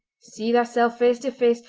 see thyself face to face,